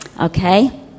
Okay